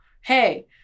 hey